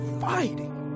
fighting